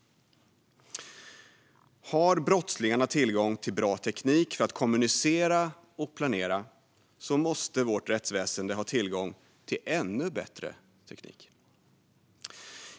Har brottslingarna tillgång till bra teknik för att kommunicera och planera måste vårt rättsväsen ha tillgång till ännu bättre teknik.